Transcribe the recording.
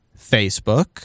Facebook